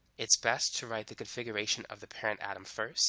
it's best to write the configuration of the parent atom first